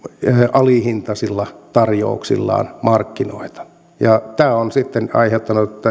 alihintaisilla tarjouksillaan markkinoita ja tämä on sitten aiheuttanut